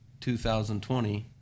2020